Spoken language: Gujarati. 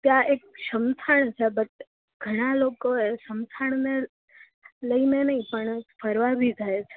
ત્યાં એક સમથાણ છે બટ ઘણા લોકો એ સમથાણને લઈને નઇ પણ ફરવા બી જાય છે